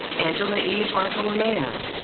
angela e. bartolomeo.